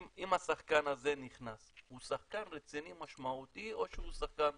אם השחקן הזה נכנס הוא שחקן רציני משמעותי או שהוא שחקן